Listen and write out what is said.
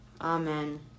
Amen